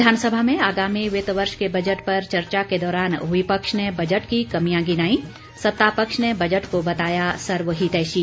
विधानसभा में आगामी वित्त वर्ष के बजट पर चर्चा के दौरान विपक्ष ने बजट की कमियां गिनाई सत्ता पक्ष ने बजट को बताया सर्वहितैषी